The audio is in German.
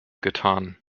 getan